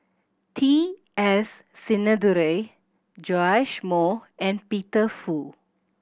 T S Sinnathuray Joash Moo and Peter Fu